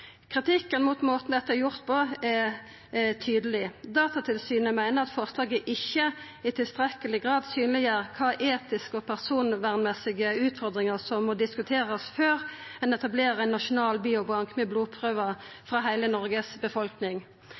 Kritikken mot måten dette er gjort på, er tydeleg. Datatilsynet meiner at forslaget ikkje i tilstrekkeleg grad synleggjer kva etiske og personvernmessige utfordringar som må diskuterast før ein etablerer ein nasjonal biobank med blodprøver frå heile Noregs befolkning.